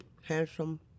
handsome